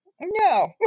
No